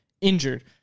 injured